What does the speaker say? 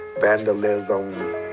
vandalism